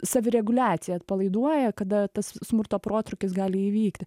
savireguliaciją atpalaiduoja kada tas smurto protrūkis gali įvykti